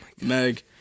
Meg